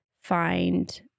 find